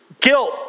Guilt